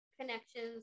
connections